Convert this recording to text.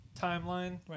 timeline